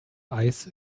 eis